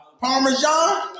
parmesan